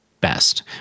best